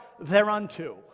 thereunto